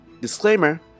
Disclaimer